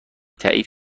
تایید